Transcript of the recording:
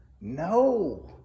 No